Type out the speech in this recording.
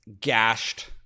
gashed